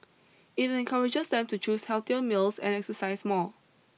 it encourages them to choose healthier meals and exercise more